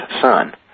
son